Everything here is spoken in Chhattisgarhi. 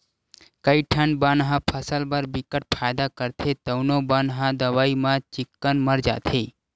कइठन बन ह फसल बर बिकट फायदा करथे तउनो बन ह दवई म चिक्कन मर जाथे